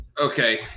Okay